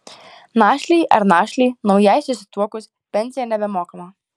našlei ar našliui naujai susituokus pensija nebemokama